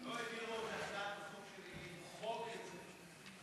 לא העבירו את הצעת החוק כדי למחוק את זה?